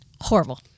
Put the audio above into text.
Horrible